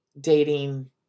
dating